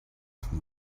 from